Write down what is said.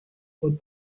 خود